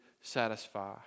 satisfy